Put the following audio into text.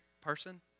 person